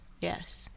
yes